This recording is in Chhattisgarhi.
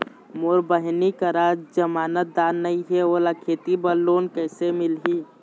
मोर बहिनी करा जमानतदार नई हे, ओला खेती बर लोन कइसे मिलही?